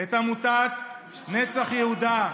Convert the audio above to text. את עמותת נצח יהודה,